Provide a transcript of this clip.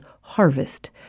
Harvest